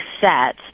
set